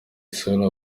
isura